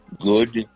good